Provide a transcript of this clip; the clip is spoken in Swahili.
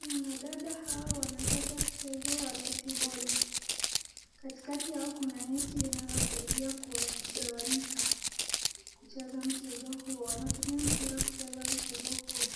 Wanadada hawa wanacheza mchezo wa netiboli. Katikati yao kuna neti inayosaidia kuwagawanyisha kucheza mchezo huo, wanatumia mpira kucheza mchezo huo.